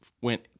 went